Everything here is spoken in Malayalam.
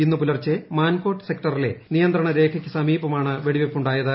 ഇന്ന് പുലർച്ചെ മാൻകോട്ട് സെക്റിലെ നിയന്ത്രണ രേഖയ്ക്ക് സമീപമാണ് വെടിവെപ്പുണ്ടായത്